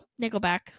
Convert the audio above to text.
Nickelback